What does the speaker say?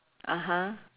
(uh huh)